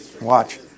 Watch